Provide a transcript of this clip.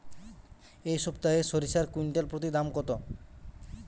এই সপ্তাহে সরিষার কুইন্টাল প্রতি দাম কত?